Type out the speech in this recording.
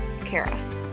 Kara